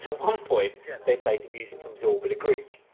one point they played the music from zorba the greek.